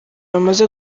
bamaze